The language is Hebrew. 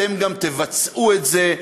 אתם גם תבצעו את זה.